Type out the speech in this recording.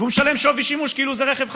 והוא משלם שווי שימוש כאילו זה רכב חדש.